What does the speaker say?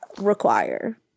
require